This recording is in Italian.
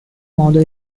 modo